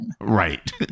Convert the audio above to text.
Right